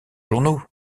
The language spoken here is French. journaux